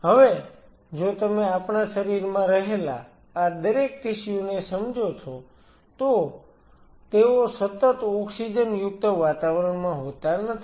હવે જો તમે આપણા શરીરમાં રહેલા આ દરેક ટિશ્યુ ને સમજો છો તો તેઓ સતત ઓક્સિજન યુક્ત વાતાવરણમાં હોતા નથી